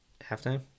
halftime